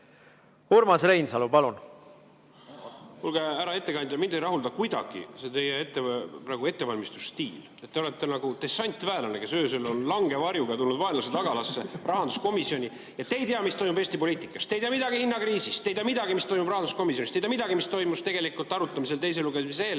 Urmas Reinsalu, palun! Kuulge, härra ettekandja, mind ei rahulda kuidagi see teie praegune ettevalmistusstiil. Te olete nagu dessantväelane, kes öösel on langevarjuga tulnud vaenlase tagalasse, rahanduskomisjoni, et te ei tea, mis toimub Eesti poliitikas. Te ei tea midagi hinnakriisist, te ei tea midagi, mis toimub rahanduskomisjonis, te ei tea midagi, mis toimus arutelul teise lugemise eel.